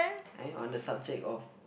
are you on the subject of